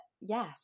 yes